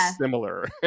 similar